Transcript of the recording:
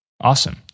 Awesome